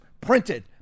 printed